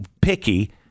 picky